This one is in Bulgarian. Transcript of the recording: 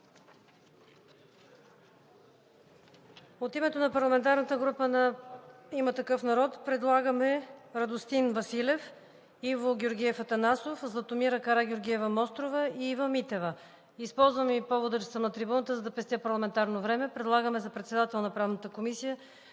От името на парламентарната група на „Има такъв народ“ предлагаме Радостин Василев, Иво Георгиев Атанасов, Златомира Карагеоргиева-Мострова и Ива Митева. Използвам повода, че съм на трибуната, за да пестя парламентарно време. Предлагаме за председател на Правната комисия